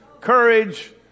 courage